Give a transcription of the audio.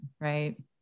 right